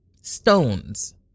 stones